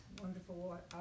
wonderful